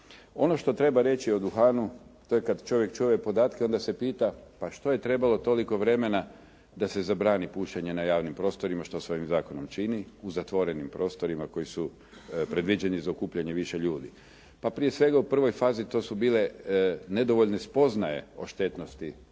Ono što treba reći o duhanu, to je kad čovjek čuje podatke onda se pita, pa što je trebalo toliko vremena da se zabrani pušenje na javnim prostorima što se ovim zakonom čini u zatvorenim prostorima koji su predviđeni za okupljanje više ljudi. Pa prije svega, u prvoj fazi to su bile nedovoljne spoznaje o štetnosti